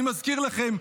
אני מזכיר לכם,